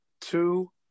two